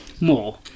more